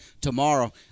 tomorrow